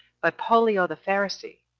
but pollio the pharisee,